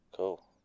cool